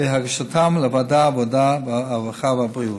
הגשתן לוועדת העבודה, הרווחה והבריאות.